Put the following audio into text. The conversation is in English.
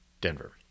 Denver